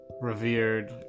revered